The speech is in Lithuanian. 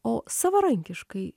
o savarankiškai